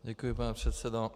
Děkuji, pane předsedo.